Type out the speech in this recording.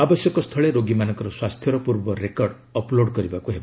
ଆବଶ୍ୟକ ସ୍ଥଳେ ରୋଗୀମାନଙ୍କର ସ୍ୱାସ୍ଥ୍ୟର ପୂର୍ବ ରେକର୍ଡ୍ ଅପ୍ଲୋଡ୍ କରିବାକୁ ହେବ